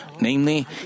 Namely